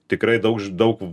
tikrai daugž daug